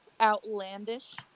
outlandish